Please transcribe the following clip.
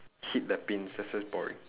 hit the pins that's why it's boring